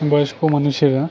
বয়স্ক মানুষেরা